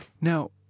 Now